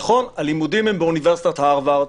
נכון, הלימודים הם באוניברסיטת הרווארד.